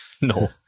no